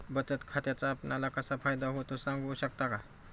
बचत खात्याचा आपणाला कसा फायदा होतो? सांगू शकता का?